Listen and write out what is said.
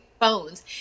Phones